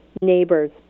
neighbors